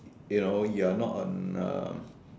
you know you're not on a